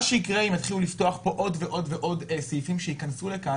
מה שיקרה אם יתחילו לפתוח עוד ועוד סעיפים שייכנסו לכאן